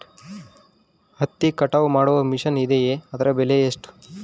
ಹತ್ತಿ ಕಟಾವು ಮಾಡುವ ಮಿಷನ್ ಇದೆಯೇ ಅದರ ಬೆಲೆ ಎಷ್ಟು?